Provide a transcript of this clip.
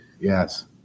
Yes